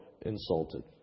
insulted